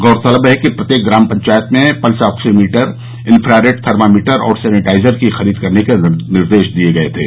गौरतलब है कि प्रत्येक ग्राम पंचायत में पल्स ऑक्सोमीटर इंफ्रारेड थर्मामीटर और सैनेटाइजर की खरीद करने के निर्देश दिये गये थे